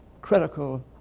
critical